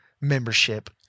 membership